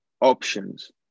options